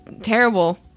terrible